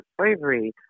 slavery